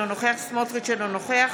אינו נוכח בצלאל סמוטריץ' אינו נוכח